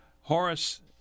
Horace